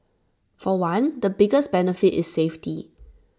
for one the biggest benefit is safety